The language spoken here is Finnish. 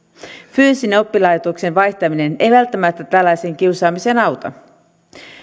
fyysinen oppilaitoksen vaihtaminen ei välttämättä tällaiseen kiusaamiseen auta